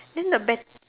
then the bet